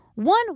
One